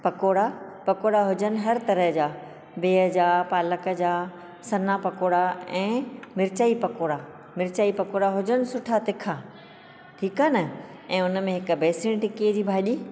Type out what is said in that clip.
पकोड़ा पकोड़ा हुजनि हर तरह जा बिहु जा पालक जा सना पकोड़ा ऐं मिर्चार्ई पकोड़ा मिर्चार्ई पकोड़ा हुजनि सुठा तीखा ठीक आहे न ऐ हुन में हिक बेसणु टिक्कीअ जी भाॼी